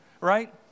Right